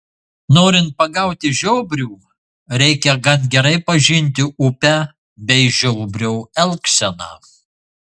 norint pagauti žiobrių reikia gan gerai pažinti upę bei žiobrio elgseną